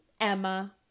Emma